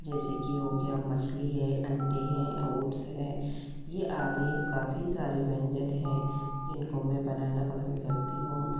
जैसे कि हो गया मछली है अंडे हैं ओट्स है ये आदि काफी सारे व्यंजन हैं जिनको मैं बनाना पसंद करती हूँ